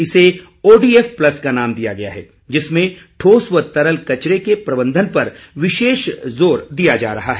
इसे ODF plus का नाम दियाँ गया है जिसमें ठोस व तरल कचरे के प्रबंधन पर विशेष जोर दिया जा रहा है